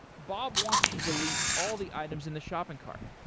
bob wants to delete all the items in the shopping cart.